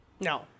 no